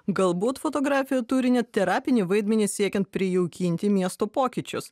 galbūt fotografijų turinį terapinį vaidmenį siekiant prijaukinti miesto pokyčius